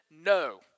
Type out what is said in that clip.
no